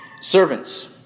Servants